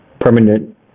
permanent